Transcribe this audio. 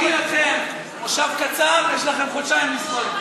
מושב קצר, יש לכם חודשיים לסבול.